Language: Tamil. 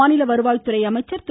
மாநில வருவாய்துறை அமைச்சர் திரு